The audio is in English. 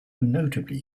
notably